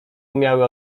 umiały